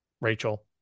Rachel